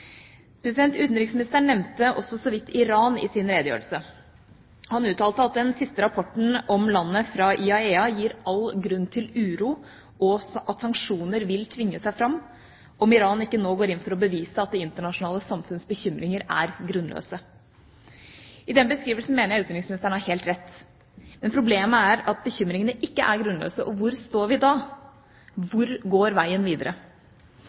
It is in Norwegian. Utenriksministeren nevnte også så vidt Iran i sin redegjørelse. Han uttalte at den siste rapporten om landet fra IAEA gir «all grunn» til uro, og at sanksjoner vil tvinge seg fram om Iran ikke nå går inn for å bevise at det internasjonale samfunns bekymringer er grunnløse. I den beskrivelsen mener jeg utenriksministeren har helt rett. Men problemet er at bekymringene ikke er grunnløse, og hvor står vi da, hvor går veien videre?